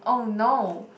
!oh no!